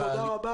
תודה רבה.